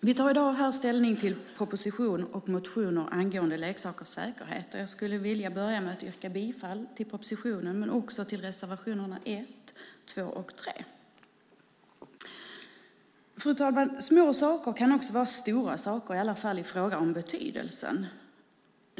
Fru talman! Vi tar i dag ställning till en proposition och motioner angående leksakers säkerhet. Jag skulle vilja börja med att ställa mig bakom propositionen men också yrka bifall till reservationerna 1, 2 och 3. Fru talman! Små saker kan vara stora saker - i alla fall i fråga om betydelsen.